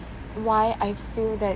why I feel that